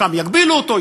שם יגבילו אותו,